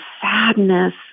sadness